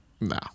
No